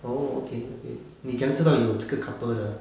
oh okay okay 你怎样知道有这个 couple 的